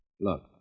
Look